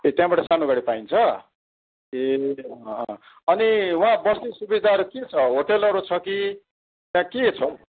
ए त्यहाँबाट सानो गाडी पाइन्छ ए अँ अँ अनि वहाँ बस्ने सुविधाहरू के छ होटेलहरू छ कि त्यहाँ के छ हौ